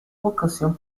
vocación